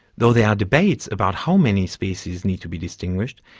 though there are debates about how many species need to be distinguished,